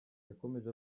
yakomeje